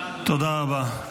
תודה רבה.